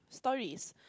stories